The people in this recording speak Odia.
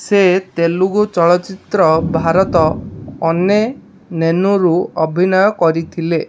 ସେ ତେଲୁଗୁ ଚଳଚ୍ଚିତ୍ର ଭାରତ ଅନେ ନେନୁରେ ଅଭିନୟ କରିଥିଲେ